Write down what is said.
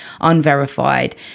unverified